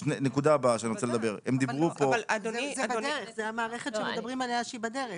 אבל זה בדרך, זו המערכת שמדברים עליה שהיא בדרך.